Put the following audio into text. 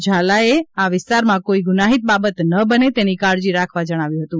ઝાલાએ આ વિસ્તારમાં કોઈ ગુનાહીત બાબત ન બને તેની કાળજી રાખવા જણાવ્યું હતું